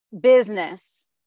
business